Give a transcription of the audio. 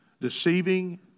deceiving